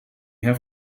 have